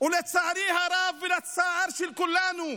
ולצערי הרב ולצער כולנו,